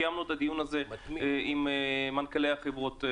קיימנו את הדיון הזה עם מנכ"לי החברות,